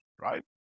right